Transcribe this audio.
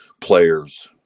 players